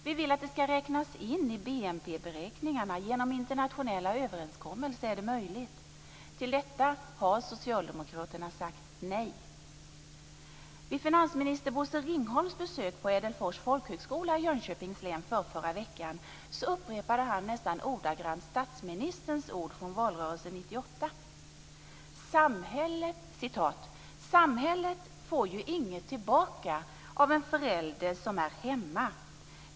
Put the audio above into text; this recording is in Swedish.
Vi vill att det ska räknas in i BNP beräkningarna - genom internationella överenskommelser är det möjligt. Till detta har socialdemokraterna sagt nej. Ädelfors folkhögskola i Jönköpings län förrförra veckan upprepade han nästan ordagrant statsministerns ord från valrörelsen 1998: Samhället får ju inget tillbaka av en förälder som är hemma.